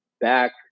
back